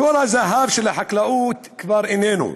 תור הזהב של החקלאות כבר איננו.